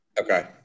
Okay